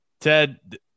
Ted